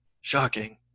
shocking